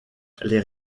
les